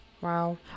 wow